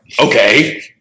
okay